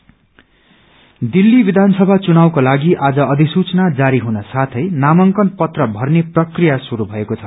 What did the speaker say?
खेल्यन दिल्ली विधानसभा चुनावको लागि आज अधिसूचा जारी हुन साथै नामांकन पत्र भर्ने प्रक्रिया श्रुस भएको छ